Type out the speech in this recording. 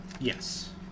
Yes